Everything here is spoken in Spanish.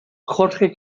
jorge